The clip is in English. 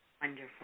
Wonderful